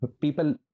people